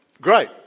great